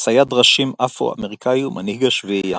צייד ראשים אפרו-אמריקאי ומנהיג השביעייה.